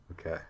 Okay